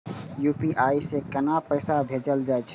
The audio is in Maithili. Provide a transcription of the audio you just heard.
यू.पी.आई से केना पैसा भेजल जा छे?